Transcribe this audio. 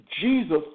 Jesus